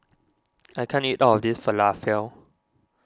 I can't eat all of this Falafel